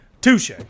Touche